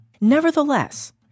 Nevertheless